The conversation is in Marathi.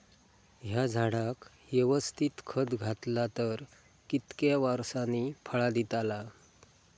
हया झाडाक यवस्तित खत घातला तर कितक्या वरसांनी फळा दीताला?